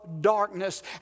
darkness